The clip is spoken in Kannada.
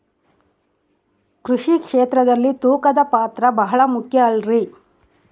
ಕೃಷಿ ಕ್ಷೇತ್ರದಲ್ಲಿ ತೂಕದ ಪಾತ್ರ ಬಹಳ ಮುಖ್ಯ ಅಲ್ರಿ?